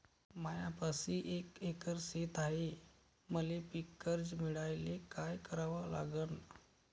मायापाशी एक एकर शेत हाये, मले पीककर्ज मिळायले काय करावं लागन?